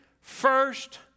first